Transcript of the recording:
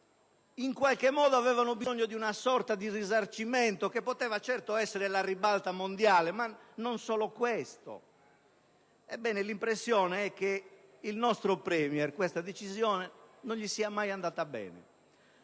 terra, che avevano bisogno di una sorta di risarcimento che poteva certo essere la ribalta mondiale, ma non solo. Ebbene, l'impressione è che al nostro *Premier* questa decisione non sia mai andata bene.